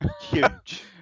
Huge